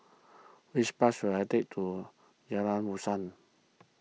which bus should I take to Jalan Dusan